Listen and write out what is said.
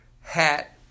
hat